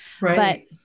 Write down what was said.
Right